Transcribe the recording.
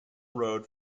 road